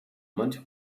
manche